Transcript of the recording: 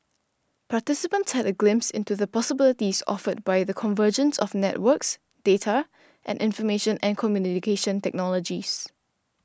participants had a glimpse into the possibilities offered by the convergence of networks data and information and communication technologies